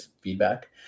feedback